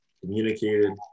Communicated